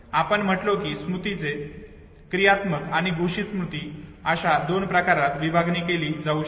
आपण म्हटलो की स्मृतीचे प्रक्रियात्मक आणि घोषित स्मृती अशा दोन प्रकारात विभागणी केली जाऊ शकते